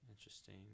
Interesting